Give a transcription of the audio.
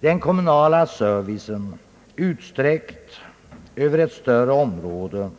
Den kommunala servicen, utsträckt över ett större område